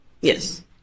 Yes